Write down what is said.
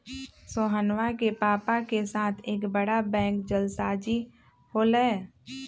सोहनवा के पापा के साथ एक बड़ा बैंक जालसाजी हो लय